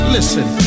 Listen